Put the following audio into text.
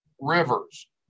rivers